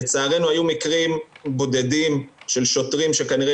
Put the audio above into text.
לצערנו היו מקרים בודדים של שוטרים שכנראה